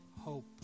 hope